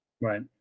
Right